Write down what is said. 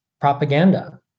propaganda